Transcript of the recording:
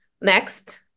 next